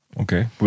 Okay